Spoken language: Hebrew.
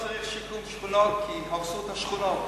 לא צריך שיקום שכונות, כי הרסו את השכונות.